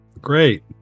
Great